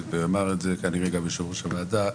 ואמר את זה כנראה גם יושב-ראש הוועדה: